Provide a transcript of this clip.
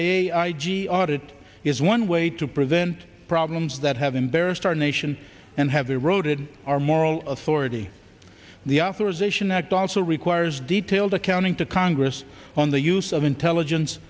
cia i g audit is one way to prevent problems that have embarrassed our nation and have eroded our moral authority the authorization act also requires detailed accounting to congress on the use of intelligence